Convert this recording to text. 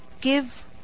give